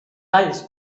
alls